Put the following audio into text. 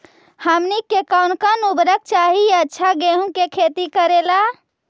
हमनी के कौन कौन उर्वरक चाही अच्छा गेंहू के खेती करेला?